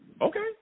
Okay